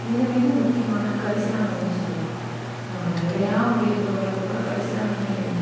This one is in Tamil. மிக மிக முக்கியமானது கரிசலாங்கண்ணின்னு சொல்லலாம் வெள்ளையாக முடி இருக்கிறவுங்களுக்கு கூட கரிசலாங்கண்ணி